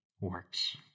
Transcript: works